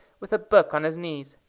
with a book on his knees.